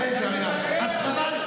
איזה שקר.